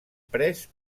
pres